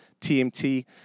TMT